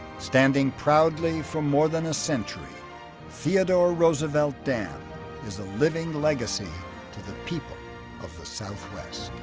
standing proudly for more than a century theodore roosevelt dam is a living legacy to the people of the southwest.